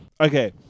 Okay